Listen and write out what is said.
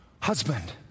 husband